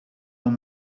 dans